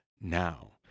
now